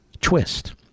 twist